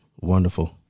Wonderful